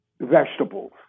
vegetables